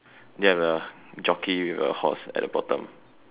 do you have a jockey with a horse at the bottom